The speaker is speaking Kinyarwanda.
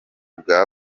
bwa